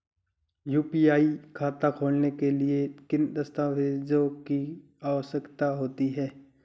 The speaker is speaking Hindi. यू.पी.आई खाता खोलने के लिए किन दस्तावेज़ों की आवश्यकता होती है?